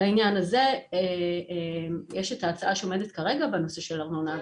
לעניין הזה יש את ההצעה שעומדת כרגע בנושא של ארנונה,